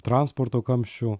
transporto kamščių